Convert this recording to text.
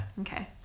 Okay